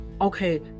okay